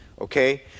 Okay